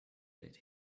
that